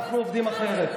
חברת